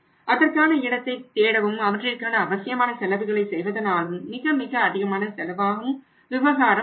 அதற்கான இடத்தை தேடவும் அவற்றிற்கான அவசியமான செலவுகளை செய்வதும் மிக மிக அதிகமான செலவாகும் விவகாரம் ஆகும்